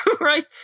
Right